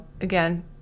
again